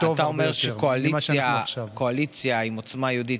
כי נגישות של אדם עם צרכים מיוחדים,